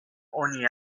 oni